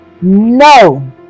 No